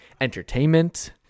entertainment